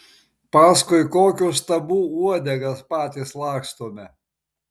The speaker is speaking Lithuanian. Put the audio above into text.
paskui kokių stabų uodegas patys lakstome